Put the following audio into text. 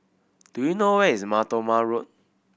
do you know where is Mar Thoma Road